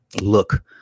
look